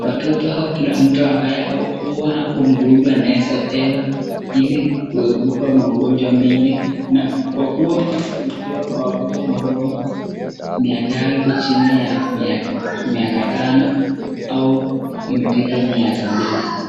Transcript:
watu au kila mtu ambaye huwa ako mgonjwa anaweza pewa ili kuepuka magonjwa mengi na kwa kuwa huwa inapewa kwa watoto ambao miaka yao iko chini ya miaka tano au imepita miaka mbili.